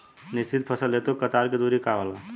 मिश्रित फसल हेतु कतार के दूरी का होला?